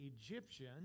Egyptian